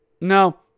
no